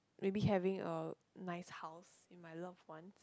maybe having a nice house with my loved ones